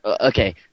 Okay